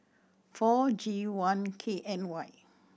four G one K N Y